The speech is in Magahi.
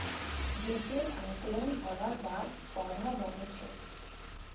बीजेर अंकुरण हबार बाद पौधा बन छेक